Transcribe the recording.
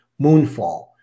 Moonfall